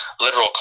literal